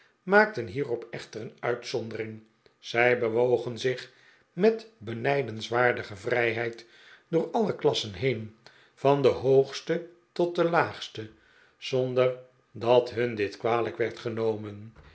maakten hierop echter een uitzondering zij bewogen zich met benijdenswaardige vrijheid door alle klassen heen van de hoogste tot de laagste zonder dat hun dit kwalijk werd genomen